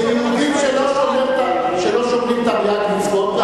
כיהודים שלא שומרים תרי"ג מצוות,